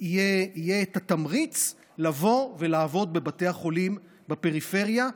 יהיה התמריץ לעבוד בבתי החולים בפריפריה,